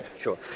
Sure